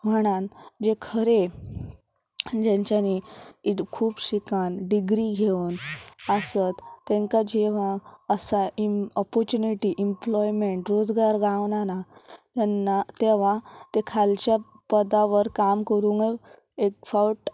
म्हणान जे खरें जेंच्यांनी खूब शिकान डिग्री घेवन आसत तेंका जेव असा ऑपोचुनिटी इम्प्लॉयमेंट रोजगार गावनाना तेन्ना तेवा ते खालच्या पदा वर काम करून एक फावट